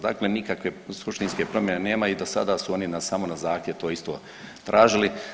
Dakle, nikakve suštinske promjene nema i dosada su oni samo na zahtjev to isto tražili.